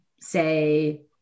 say